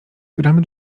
gramy